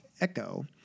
echo